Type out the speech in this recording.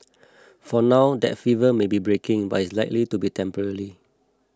for now that fever may be breaking but it is likely to be temporary